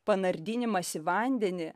panardinimas į vandenį